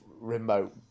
remote